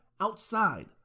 outside